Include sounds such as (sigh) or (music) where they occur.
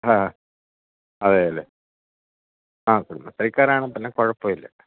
ആ അതേയതെ അതെ ആ (unintelligible) പിന്നെ കുഴപ്പമില്ല